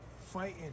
fighting